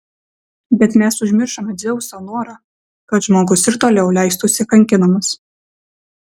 bet mes užmiršome dzeuso norą kad žmogus ir toliau leistųsi kankinamas